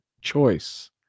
choice